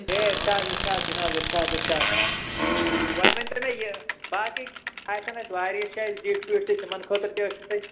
ہے اِرشاد اِرشاد جِناب اِرشاد اِرشاد وۅنۍ ؤنۍتَو مےٚ یہِ باقٕے آسَن اَسہِ واریاہ چھِ اَسہِ زِٹھۍ وِٹھۍ تہِ تِمَن خٲطرٕ تہِ ٲسِو تُہۍ